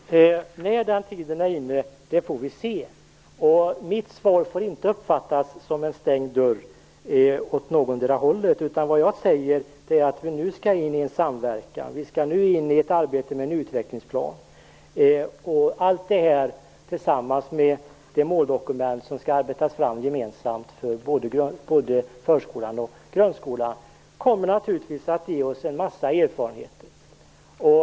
Herr talman! När den tiden är inne får vi se. Mitt svar får inte uppfattas som en stängd dörr åt någotdera hållet. Vad jag säger är att vi nu skall in i en samverkan och ett arbete med en utvecklingsplan. Allt detta tillsammans med det måldokument som gemensamt skall arbetas fram för både förskolan och grundskolan kommer naturligtvis att ge oss en hel del erfarenheter.